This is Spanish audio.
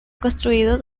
construido